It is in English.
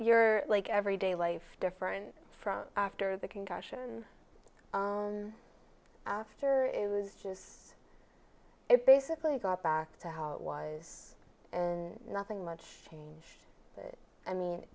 your like everyday life different from after the concussion after it was just it basically got back to how it was and nothing much changed i mean